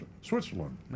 Switzerland